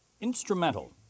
instrumental